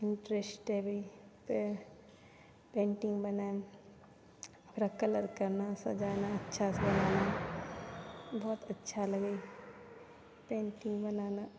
interest आबै यऽ तैं पेन्टिंग बनाना ओकरा कलर करना ओकरा सजाना अच्छा से बनाना बहुत अच्छा लागैए पेन्टिंग बनाना